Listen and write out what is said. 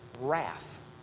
wrath